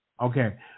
Okay